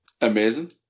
amazing